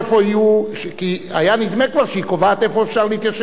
כי היה נדמה כבר שהיא קובעת איפה אפשר להתיישב ואיפה אי-אפשר.